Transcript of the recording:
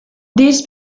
this